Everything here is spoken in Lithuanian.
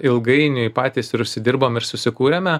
ilgainiui patys ir užsidirbom ir susikūrėme